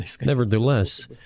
Nevertheless